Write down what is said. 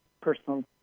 personal